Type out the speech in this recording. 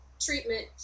treatment